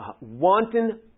wanton